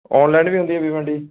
online ਵੀ ਹੁੰਦੀ ਹੈ ਪੇਮਨ੍ਟ ਜੀ